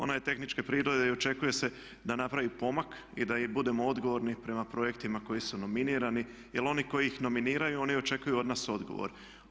Ona je tehničke prirode i očekuje se da napravi pomak i da budemo odgovorni prema projektima koji su nominirani jer oni koji ih nominiraju oni očekuju od nas odgovor.